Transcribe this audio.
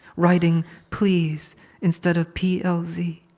writing please instead of p l z.